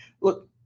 Look